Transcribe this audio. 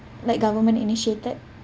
like government initiated